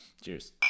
Cheers